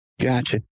Gotcha